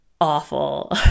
awful